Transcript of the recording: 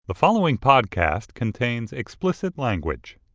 the following podcast contains explicit language